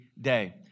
day